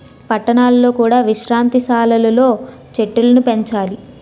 పట్టణాలలో కూడా విశ్రాంతి సాలలు లో చెట్టులను పెంచాలి